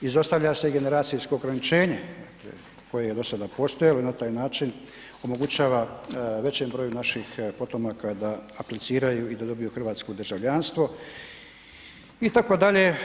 Izostavlja se i generacijsko ograničenje koje je dosada postojalo i na taj način omogućava većem broju naših potomaka da apliciraju i da dobiju hrvatsko državljanstvo itd.